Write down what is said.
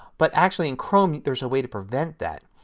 but actually in chrome there is a way to prevent that.